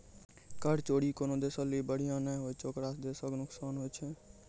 कर चोरी कोनो देशो लेली बढ़िया नै होय छै ओकरा से देशो के नुकसान होय छै